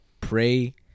pray